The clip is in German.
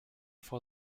vor